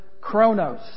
Chronos